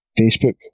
Facebook